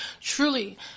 truly